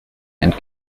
and